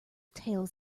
tales